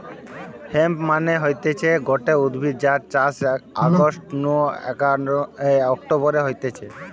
hemp মানে হতিছে গটে উদ্ভিদ যার চাষ অগাস্ট নু অক্টোবরে হতিছে